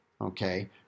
Okay